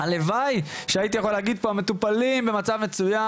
הלוואי שהייתי יכול להגיד פה "המטופלים במצב מצוין,